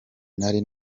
nari